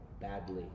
badly